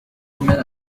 woman